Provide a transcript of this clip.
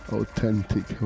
Authentic